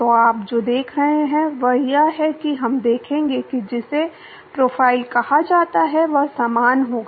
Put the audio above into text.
तो आप जो देख रहे हैं वह यह है कि हम देखेंगे कि जिसे प्रोफाइल कहा जाता है वह समान होगा